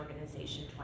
organization